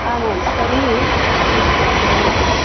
आमां तर्हि आमाम्